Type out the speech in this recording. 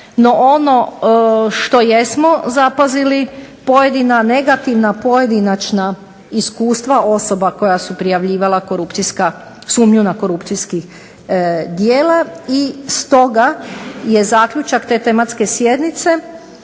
No ono što jesmo zapazili pojedina negativna pojedinačna iskustva osoba koja su prijavljivala korupcijska, sumnju na korupcijska djela i stoga je zaključak te tematske sjednice